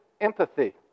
empathy